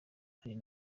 hari